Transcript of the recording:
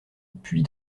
puits